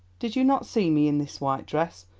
did you not see me in this white dress?